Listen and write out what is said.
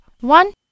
One